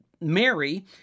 Mary